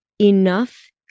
enough